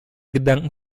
gedanken